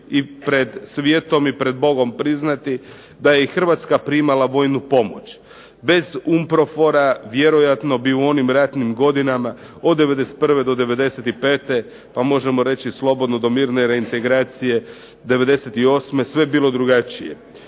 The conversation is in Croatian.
i pred svijetom i pred Bogom priznati da je i Hrvatska primala vojnu pomoć. Bez UNPROFOR-a vjerojatno bi u onim ratnim godinama od 91. do 95., pa možemo reći slobodno do mirne reintegracije 98. sve bilo drugačije.